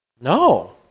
No